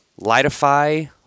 Lightify